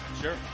Sure